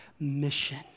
Mission